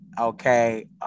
Okay